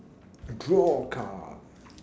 draw a card